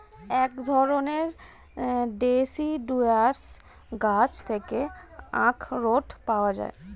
এক ধরণের ডেসিডুয়াস গাছ থেকে আখরোট পাওয়া যায়